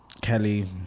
Kelly